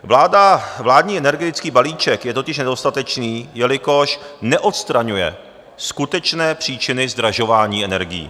Vláda, vládní energetický balíček je totiž nedostatečný, jelikož neodstraňuje skutečné příčiny zdražování energií.